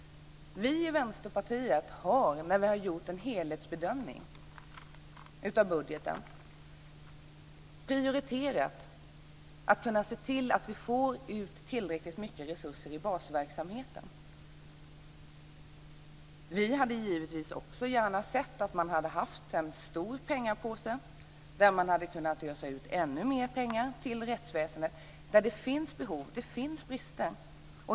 Vi i Vänsterpartiet har gjort en helhetsbedömning av budgeten och prioriterat tillräckligt mycket resurser till basverksamheten. Vi hade givetvis gärna sett att man också hade haft en stor pengapåse så att man hade kunnat ösa ut ännu mer pengar till rättsväsendet där det finns behov och brister.